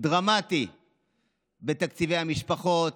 דרמטי בתקציבי המשפחות,